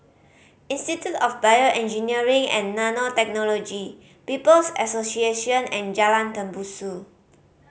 Institute of BioEngineering and Nanotechnology People's Association and Jalan Tembusu